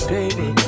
Baby